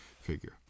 figure